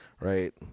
right